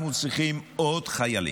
אנחנו צריכים עוד חיילים.